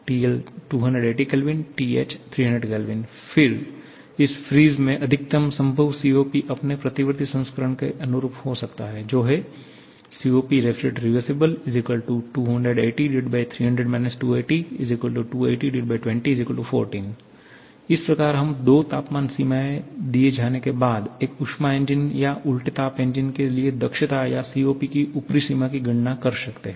TL 280 K TH 300 K फिर इस fridge में अधिकतम संभव COP अपने प्रतिवर्ती संस्करण के अनुरूप हो सकता है जो है 𝐶𝑂𝑃R𝑟𝑒𝑣 280300 2802802014 इस प्रकार हम दो तापमान सीमाएं दिए जाने के बाद एक ऊष्मा इंजन या उल्टे ताप इंजन के लिए दक्षता या COP की ऊपरी सीमा की गणना कर सकते हैं